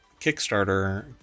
kickstarter